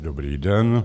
Dobrý den.